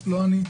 לא אני.